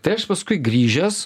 tai aš paskui grįžęs